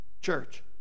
Church